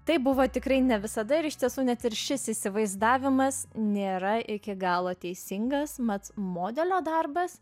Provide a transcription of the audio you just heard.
tai buvo tikrai ne visada ir iš tiesų net ir šis įsivaizdavimas nėra iki galo teisingas mat modelio darbas